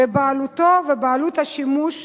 בבעלות ובעלות השימוש